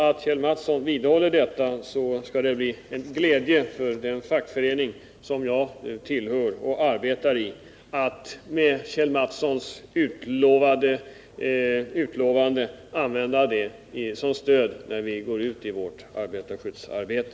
Om Kjell Mattsson står fast vid sitt löfte, skall det blien glädje för mig att använda det som stöd när vi i den fackförening som jag tillhör går ut i vårt arbetarskyddsarbete.